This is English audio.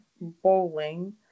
bowling